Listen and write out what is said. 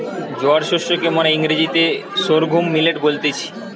জোয়ার শস্যকে মোরা ইংরেজিতে সর্ঘুম মিলেট বলতেছি